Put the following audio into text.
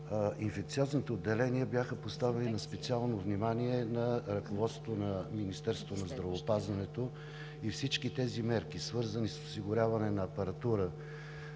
Инфекциозните отделения бяха поставени на специално внимание на ръководството на Министерство на здравеопазването и всички мерки, свързани с осигуряване на апаратура,